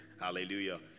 Hallelujah